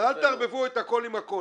אז אל תערבבו את הכל עם הכל.